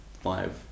five